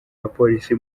abapolisi